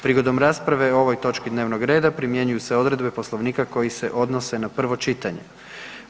Prigodom rasprave o ovoj točki dnevnog reda primjenjuju se odredbe Poslovnika koje se odnose na prvo čitanje zakona.